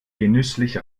genüsslich